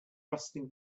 rustling